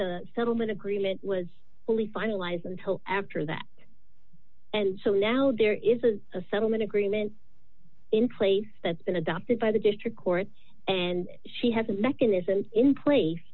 the settlement agreement was fully finalized until after that and so now there is a settlement agreement in place that's been adopted by the district court and she has a mechanism in place